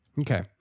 Okay